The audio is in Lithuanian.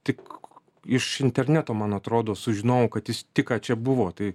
tik iš interneto man atrodo sužinojau kad jis tik ką čia buvo tai